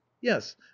yes